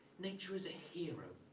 nature is a hero.